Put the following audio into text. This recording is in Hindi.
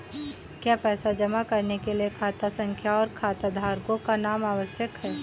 क्या पैसा जमा करने के लिए खाता संख्या और खाताधारकों का नाम आवश्यक है?